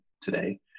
today